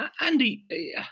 Andy